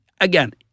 again